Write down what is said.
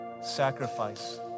sacrifice